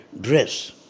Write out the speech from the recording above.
dress